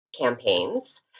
campaigns